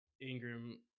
Ingram